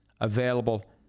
available